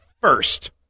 First